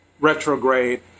retrograde